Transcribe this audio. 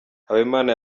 habimana